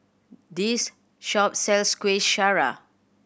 this shop sells Kuih Syara